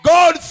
God